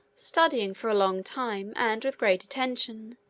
studying for a long time, and with great attention,